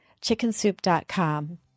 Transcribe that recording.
chickensoup.com